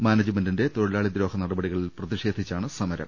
മാനേ ജ്മെന്റിന്റെ തൊഴിലാളിദ്രോഹ നടപടികളിൽ പ്രതിഷേ ധിച്ചാണ് സമരം